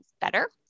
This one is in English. better